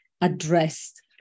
addressed